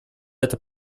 это